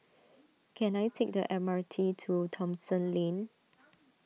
can I take the M R T to Thomson Lane